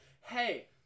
hey